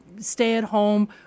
stay-at-home